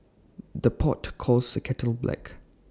the pot calls the kettle black